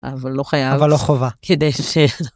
אבל לא חייבת. אבל לא חובה. כדי ש...